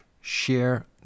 Share